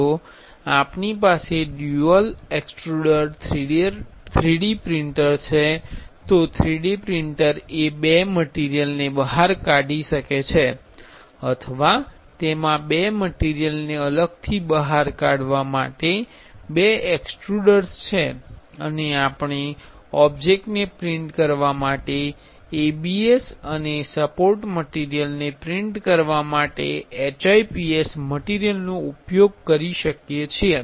જો આપણી પાસે ડ્યુઅલ એક્સ્ટ્રુડર 3D પ્રિન્ટર છે તો 3D પ્રિન્ટર એ બે મટીરિયલને બહાર કાઢી શકે છે અથવા તેમાં બે મટીરિયલને અલગથી બહાર કાઢવા માટે બે એક્સ્ટ્રુડર્સ છે અને આપણે ઓબ્જેક્ટને પ્રિન્ટ કરવા માટે ABS અને સપોર્ટ મટિરિયલને પ્રિન્ટ કરવા માટે HIPS મટિરિયલનો ઉપયોગ કરી શકીએ છીએ